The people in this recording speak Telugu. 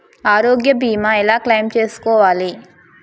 ఆరోగ్య భీమా ఎలా క్లైమ్ చేసుకోవాలి?